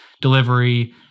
delivery